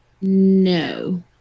No